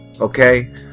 Okay